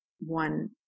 one